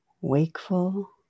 Wakeful